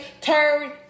turn